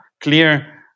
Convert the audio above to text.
clear